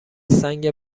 سنگ